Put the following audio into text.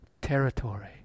territory